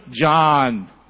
John